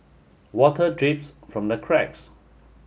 water drips from the cracks